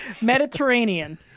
Mediterranean